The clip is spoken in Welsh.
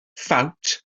ffawt